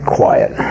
quiet